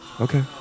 Okay